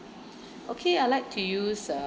okay I like to use uh